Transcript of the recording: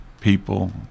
people